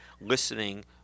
listening